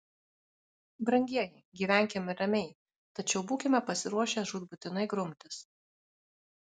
brangieji gyvenkime ramiai tačiau būkime pasiruošę žūtbūtinai grumtis